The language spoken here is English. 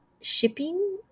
shipping